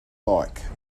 like